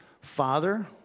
Father